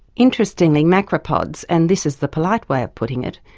interestingly macropods, and this is the polite way of putting it,